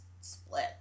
split